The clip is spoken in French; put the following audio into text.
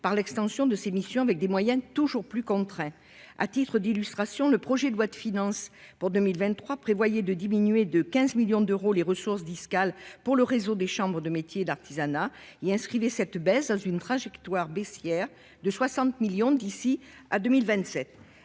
par l'extension de ses missions, avec des moyens toujours plus contraints. À titre d'illustration, le projet de loi de finances pour 2023 prévoyait de diminuer de 15 millions d'euros les ressources fiscales pour le réseau des CMA et inscrivait cette baisse dans une trajectoire baissière de 60 millions d'euros d'ici à 2027,